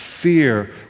fear